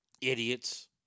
Idiots